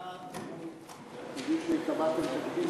חוק השאלת ספרי לימוד (תיקון